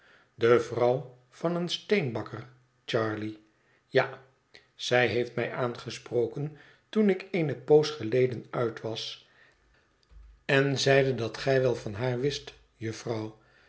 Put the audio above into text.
de vrouw van een steenbakker charley ja zij heeft mij aangesproken toen ik eene poos geleden uit was en zeide dat gij wel van haar wist jufvrouw